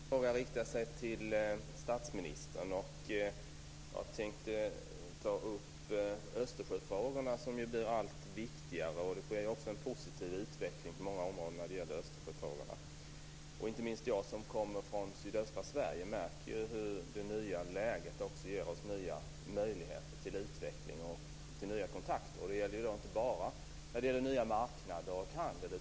Herr talman! Min fråga riktar sig till statsministern. Jag tänkte ta upp Österjöfrågorna, som ju blir allt viktigare. Det sker en positiv utveckling på många områden när det gäller Östersjöfrågorna. Inte minst jag, som kommer från sydöstra Sverige, märker hur det nya läget också ger oss nya möjligheter till utveckling och kontakter. Det gäller inte bara i fråga om nya marknader och handel.